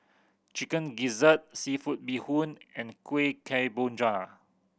Chicken Gizzard seafood bee hoon and Kueh Kemboja